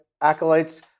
acolytes